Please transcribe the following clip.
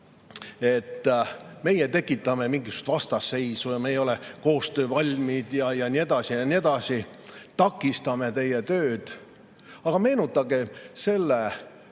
et meie tekitame mingisugust vastasseisu ja me ei ole koostöövalmid ja nii edasi, takistame teie tööd. Aga meenutage selle